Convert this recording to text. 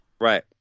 Right